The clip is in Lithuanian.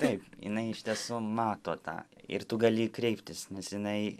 taip jinai iš tiesų mato tą ir tu gali kreiptis nes jinai